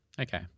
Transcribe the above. Okay